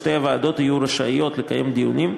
שתי הוועדות יהיו רשאיות לקיים דיונים,